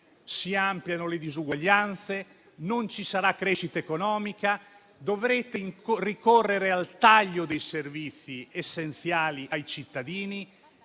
si ampliano le disuguaglianze, non ci sarà crescita economica, dovrete ricorrere al taglio dei servizi essenziali ai cittadini